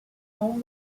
home